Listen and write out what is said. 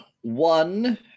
one